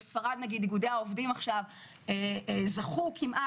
איגודי העובדים בספרד זכו כמעט,